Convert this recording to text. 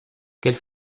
quelle